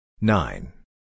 Nine